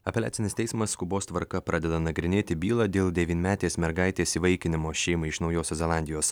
apeliacinis teismas skubos tvarka pradeda nagrinėti bylą dėl devynmetės mergaitės įvaikinimo šeimai iš naujosios zelandijos